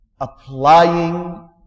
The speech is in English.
applying